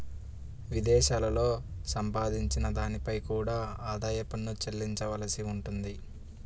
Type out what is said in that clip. విదేశాలలో సంపాదించిన దానిపై కూడా ఆదాయ పన్ను చెల్లించవలసి ఉంటుంది